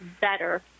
better